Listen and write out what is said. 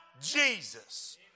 Jesus